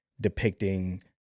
depicting